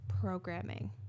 programming